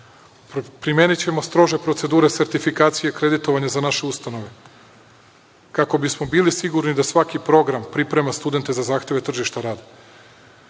Primenićemo strože procedure sertifikacije, akreditovanja za naše ustanove, kako bismo bili sigurni da svaki program priprema studente za zahteve tržišta